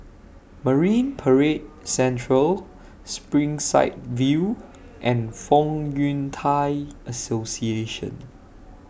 Marine Parade Central Springside View and Fong Yun Thai Association